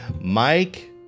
Mike